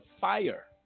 fire